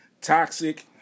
toxic